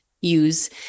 use